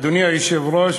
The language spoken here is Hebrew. אדוני היושב-ראש,